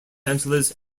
angeles